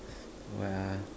what ah